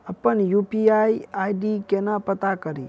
अप्पन UPI ID केना पत्ता कड़ी?